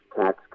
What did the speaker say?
tax